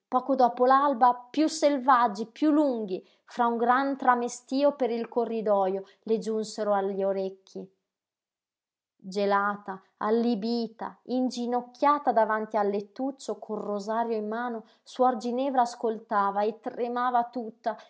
poco dopo l'alba piú selvaggi piú lunghi fra un gran tramestío per il corridojo le giunsero agli orecchi gelata allibita inginocchiata davanti al lettuccio col rosario in mano suor ginevra ascoltava e tremava tutta